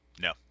No